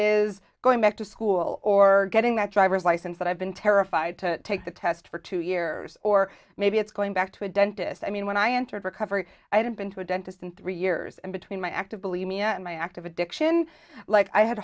is going back to school or getting that driver's license that i've been terrified to take the test for two years or maybe it's going back to a dentist i mean when i entered recovery i hadn't been to a dentist in three years and between my active believe me and my active addiction like i had